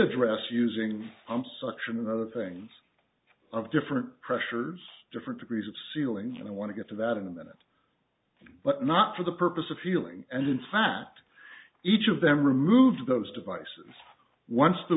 address using i'm suction and other things of different pressures different degrees of ceilings and i want to get to that in a minute but not for the purpose of healing and in fact each of them removed those devices once the